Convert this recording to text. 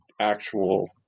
actual